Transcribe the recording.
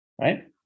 right